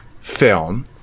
film